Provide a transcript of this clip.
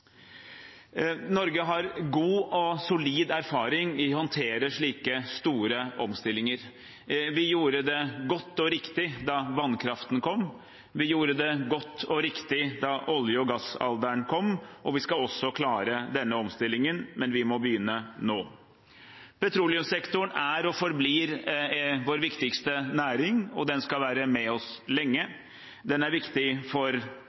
Norge har god og solid erfaring med å håndtere slike store omstillinger. Vi gjorde det godt og riktig da vannkraften kom. Vi gjorde det godt og riktig da olje- og gassalderen kom, og vi skal også klare denne omstillingen, men vi må begynne nå. Petroleumssektoren er og forblir vår viktigste næring, og den skal være med oss lenge. Den er viktig for